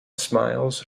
smiles